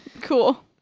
Cool